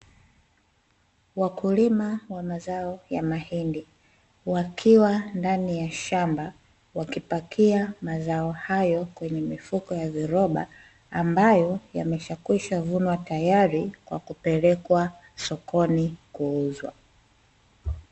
Wakulima wa mazao ya mahindi wakiwa ndani ya shamba wakipakia mazao hayo kwenye mifuko ya viroba ambayo yameshakwisha vunywa tayari kwa kupelekwa sokoni kuuzwa.